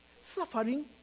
suffering